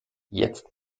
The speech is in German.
jetzt